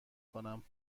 کنم